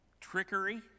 trickery